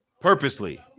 purposely